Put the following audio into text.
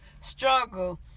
struggle